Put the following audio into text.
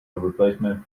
replacement